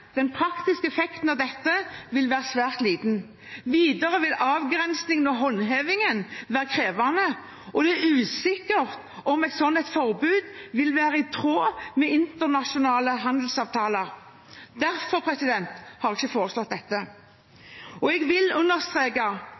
den praktiske effekten av dette vil være svært liten. Videre vil avgrensingen og håndhevingen være krevende, og det er usikkert om et slikt forbud vil være i tråd med internasjonale handelsavtaler. Derfor har jeg ikke foreslått dette. Jeg vil også understreke